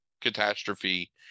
catastrophe